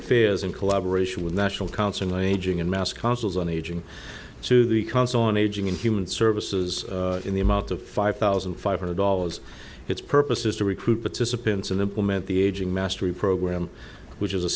affairs in collaboration with national council aging and mass councils on aging to the council on aging in human services in the amount of five thousand five hundred dollars it's purpose is to recruit participants and implement the aging mastery program which is a